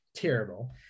Terrible